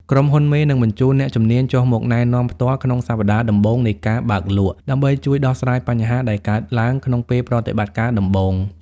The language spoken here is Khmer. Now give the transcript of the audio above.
ក្រុមហ៊ុនមេនឹងបញ្ជូន "អ្នកជំនាញចុះមកណែនាំផ្ទាល់" ក្នុងសប្ដាហ៍ដំបូងនៃការបើកលក់ ដើម្បីជួយដោះស្រាយបញ្ហាដែលកើតឡើងក្នុងពេលប្រតិបត្តិការដំបូង។